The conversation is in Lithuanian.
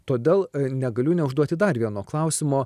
todėl negaliu neužduoti dar vieno klausimo